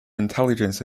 intelligence